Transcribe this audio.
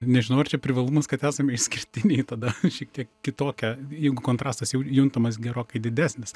nežinau ar čia privalumas kad esame išskirtiniai tada šiek tiek kitokie jeigu kontrastas jau juntamas gerokai didesnis